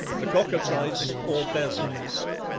the cockatrice, or basilisk